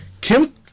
Kim